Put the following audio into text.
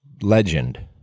legend